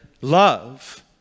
love